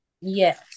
Yes